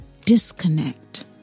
disconnect